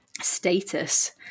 status